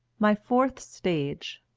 my fourth stage